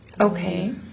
Okay